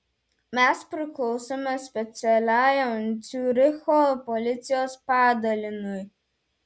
mes priklausome specialiajam ciuricho policijos padaliniui